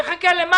למה לחכות?